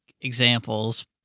examples